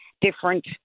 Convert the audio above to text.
different